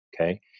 Okay